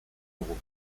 dugu